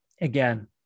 again